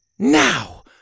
Now